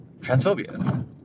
transphobia